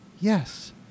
Yes